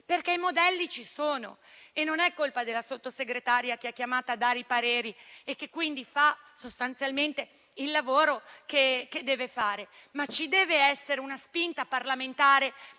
usciti. I modelli ci sono e non è colpa della Sottosegretaria, che è chiamata ad esprimere i pareri e che quindi fa sostanzialmente il lavoro che deve fare. Ci deve essere una spinta parlamentare